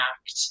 Act